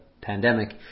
pandemic